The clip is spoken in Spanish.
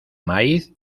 maíz